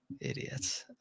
Idiots